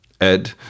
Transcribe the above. Ed